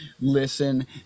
listen